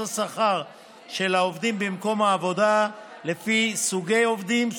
השכר של העובדים במקום העבודה לפי סוגי עובדים,